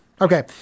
okay